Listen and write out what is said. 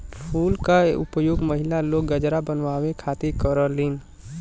फूल के उपयोग महिला लोग गजरा बनावे खातिर करलीन